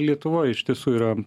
lietuvoj iš tiesų yra